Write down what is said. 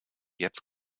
jetzt